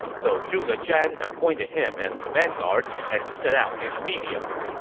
so zhuge zhan appointed him as the vanguard and set out immediately